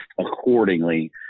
accordingly